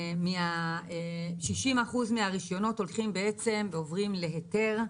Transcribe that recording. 60% מהרישיונות הולכים ועוברים להיתר.